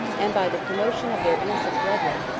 and by the promotion of their innocent brethren,